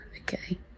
okay